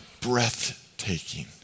breathtaking